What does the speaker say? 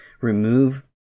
remove